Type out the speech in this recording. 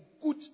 good